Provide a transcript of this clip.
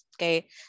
Okay